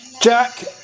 Jack